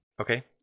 Okay